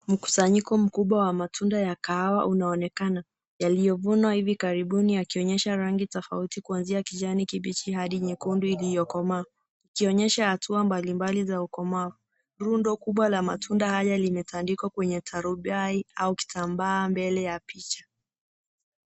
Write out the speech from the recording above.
Mkusanyiko mkubwa wa matunda ya kahawa unaonekana yaliyovunwa hivi karibuni yakionyesha rangi tofauti kuanzia kijani kibichi hadi nyekundu iliyo komaa ikionyesha hatua mbali mbali za ukomavu. Rundo kubwa la matunda haya limetandikwa kwenye tarubai au kitambaa mbele ya picha.